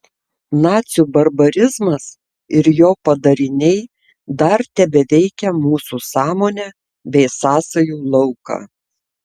nacių barbarizmas ir jo padariniai dar tebeveikia mūsų sąmonę bei sąsajų lauką